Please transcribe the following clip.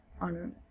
on